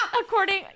According